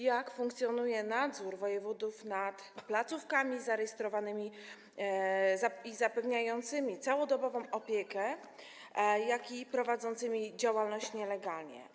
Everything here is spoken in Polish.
Jak funkcjonuje nadzór wojewodów nad placówkami zarejestrowanymi i zapewniającymi całodobową opiekę, jak również prowadzącymi działalność nielegalnie?